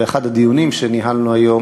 באחד הדיונים שניהלנו היום